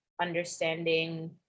understanding